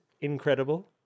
incredible